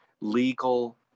legal